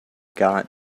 got